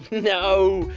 no.